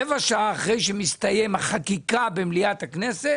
רבע שעה לאחר שמסתיימת החקיקה במליאת הכנסת